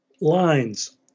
lines